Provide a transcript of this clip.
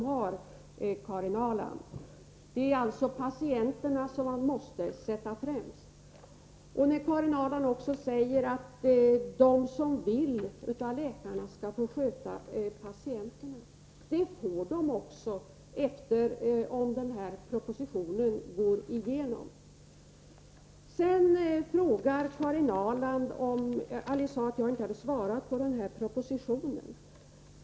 Man måste sätta patienterna främst. Karin Ahrland säger att de av läkarna som vill sköta patienterna skall få göra det. Det får de göra även i fortsättningen om propositionen går igenom. Sedan säger Karin Ahrland att jag inte har svarat på frågorna angående promemorian.